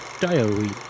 diary